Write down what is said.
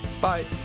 bye